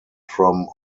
from